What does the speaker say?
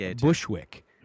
Bushwick